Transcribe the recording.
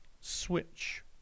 switch